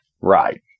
Right